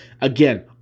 Again